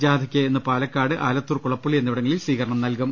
ജാഥക്ക് ഇന്ന് പ്രാലക്കാട് ആലത്തൂർ കുളപ്പുള്ളി എന്നിവിടങ്ങളിൽ സ്വീകരണം നൽകും